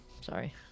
Sorry